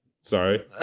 Sorry